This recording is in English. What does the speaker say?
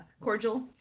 cordial